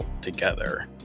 together